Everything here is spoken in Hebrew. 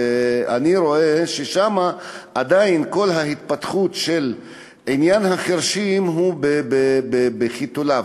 אני רואה ששם כל ההתפתחות של עניין הטיפול בחירשים עדיין בחיתוליה.